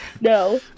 No